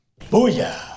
Booyah